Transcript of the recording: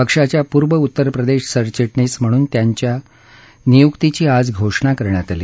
पक्षाच्या पूर्व उत्तरप्रदेश सरचिटणीस म्हणून त्यांच्या नियुक्तीची आज घोषणा झाली